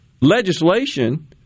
legislation